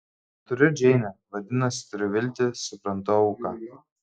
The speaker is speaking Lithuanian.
turiu džeinę vadinasi turiu viltį suprantu auką